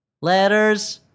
Letters